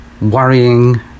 worrying